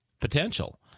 potential